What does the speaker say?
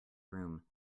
room